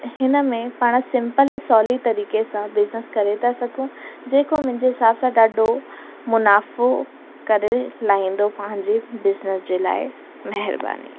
हिन में पाण सिंपल ऐं सवली तरीक़े सां बिजनिस करे था सघूं जेको मुंहिंजे हिसाब खां ॾाढो मुनाफ़ो करे लाहींदो पंहिंजे बिज़निस जे लाइ महिरबानी